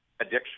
addiction